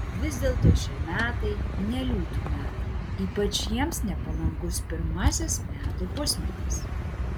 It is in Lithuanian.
vis dėlto šie metai ne liūtų metai ypač jiems nepalankus pirmasis metų pusmetis